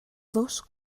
dos